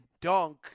dunk